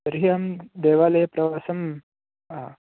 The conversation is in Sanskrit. तर्हि अहं देवालये प्रवासं